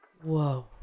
Whoa